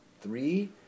three